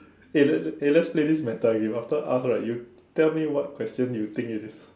eh let let eh let's play this meta game again after I ask right you tell me what question you think it is